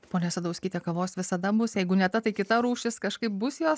ponia sadauskyte kavos visada bus jeigu ne ta tai kita rūšis kažkaip bus jos